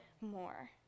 more